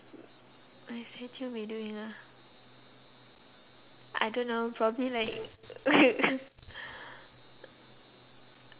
my statue be doing ah I don't know probably like